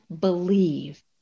believe